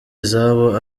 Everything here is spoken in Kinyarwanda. izabo